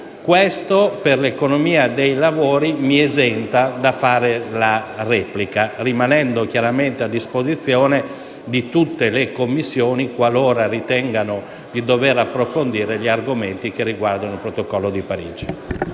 rispetto dell'economia dei lavori, mi esenta dallo svolgere la replica. Rimango chiaramente a disposizione di tutte le Commissioni qualora ritengano di dover approfondire gli argomenti riguardanti l'Accordo di Parigi.